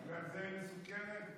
בגלל זה היא מסוכנת?